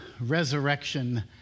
resurrection